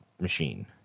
machine